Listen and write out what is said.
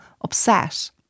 upset